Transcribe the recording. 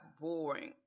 boring